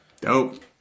Dope